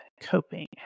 coping